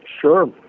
sure